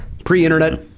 Pre-internet